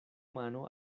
mano